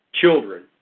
children